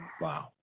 Wow